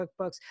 cookbooks